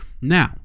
Now